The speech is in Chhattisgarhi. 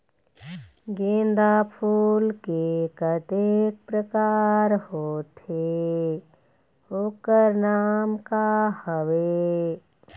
गेंदा फूल के कतेक प्रकार होथे ओकर नाम का हवे?